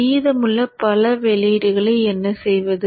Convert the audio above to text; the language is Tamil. மீதமுள்ள பல வெளியீடுகளை என்ன செய்வது